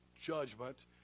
judgment